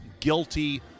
guilty